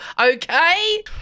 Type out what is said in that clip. Okay